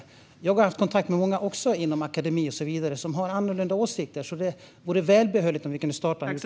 Jag har också haft kontakt med många inom bland annat akademin som har annorlunda åsikter. Det vore välbehövligt om vi kunde starta en utredning.